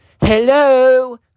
hello